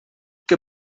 que